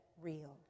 real